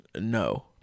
no